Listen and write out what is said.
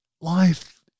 life